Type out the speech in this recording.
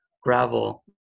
gravel